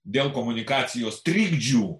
dėl komunikacijos trikdžių